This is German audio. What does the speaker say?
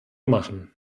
machen